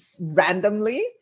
randomly